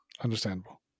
Understandable